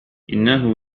إنه